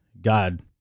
God